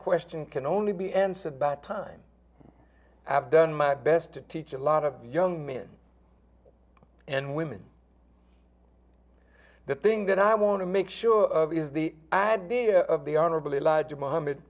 question can only be answered by time have done my best to teach a lot of young men and women the thing that i want to make sure of is the ad of the honorable elijah mohammed